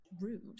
rude